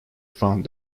found